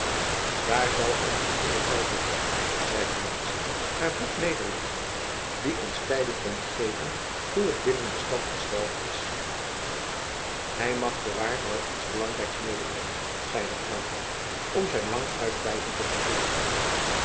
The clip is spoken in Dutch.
daar zal onze goede feiko zijn zeide madzy haar boek nederleggende die ons tijding komt geven hoe het binnen de stad gesteld is hij mag voorwaar wel iets belangrijks medebrengen zeide aylva om zijn lang uitblijven te vergoeden